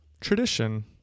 tradition